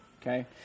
Okay